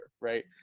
right